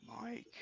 Mike